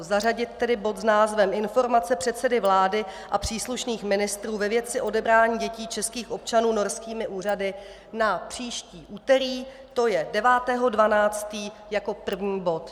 Zařadit tedy bod s názvem Informace předsedy vlády a příslušných ministrů ve věci odebrání dětí českých občanů norskými úřady na příští úterý, to je 9. 12., jako první bod.